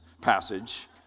passage